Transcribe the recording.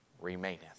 remaineth